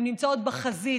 הן נמצאות בחזית,